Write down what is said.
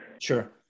Sure